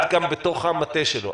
את גם בתוך המטה שלו.